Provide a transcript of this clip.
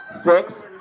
Six